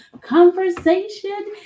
conversation